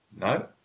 No